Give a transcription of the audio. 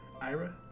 Ira